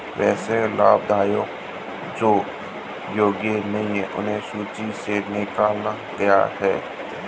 वैसे लाभार्थियों जो योग्य नहीं हैं उन्हें सूची से निकला गया है